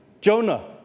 Jonah